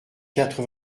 quatre